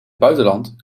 buitenland